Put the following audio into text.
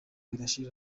ridashira